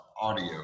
Audio